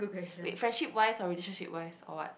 wait friendship wise or relationship wise or what